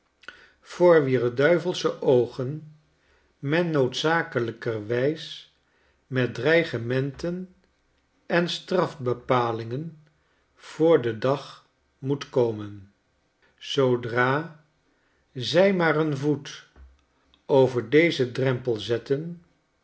voor wier duivelsche oogen men noodzakelijkerwijsmetdreigementen en strafbepalingen voor den dag moet komen zoodra zij maar een voet over dezen drempel zetten